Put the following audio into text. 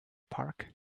park